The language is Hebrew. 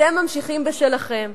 אתם ממשיכים בשלכם,